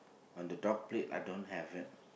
on the dog plate I don't have that